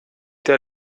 der